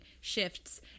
shifts